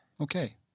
okay